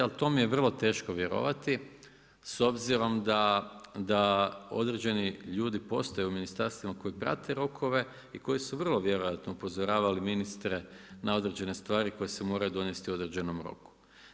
Ali to mi je vrlo teško vjerovati s obzirom da određeni ljudi postoje u ministarstvima koji prate rokove i koji su vrlo vjerojatno upozoravali ministre na određene stvari koje se moraju dovesti u određenom roku.